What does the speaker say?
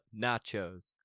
nachos